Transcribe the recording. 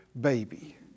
baby